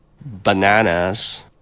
bananas